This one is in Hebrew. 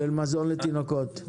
של מזון לתינוקות?